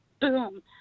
boom